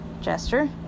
gesture